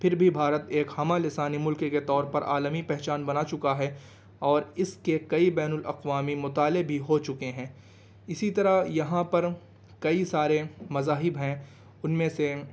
پھر بھی بھارت ایک ہمہ لسانی ملک کے طور پر عالمی پہچان بنا چکا ہے اور اس کے کئی بین الاقوامی مطالعے بھی ہو چکے ہیں اسی طرح یہاں پر کئی سارے مذاہب ہیں ان میں سے